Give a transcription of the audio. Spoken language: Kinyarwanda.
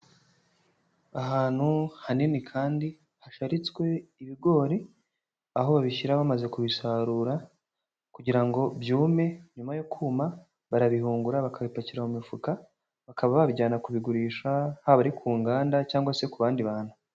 Ahantu hanini kandi hasharitswe ibigori aho babishyira bamaze kubisarura kugira ngo byume, nyuma yo kuma barabihungura bakabipakira mu mifuka, bakaba babijyana kubigurisha haba ari ku nganda cyangwa se ku bandi bantu.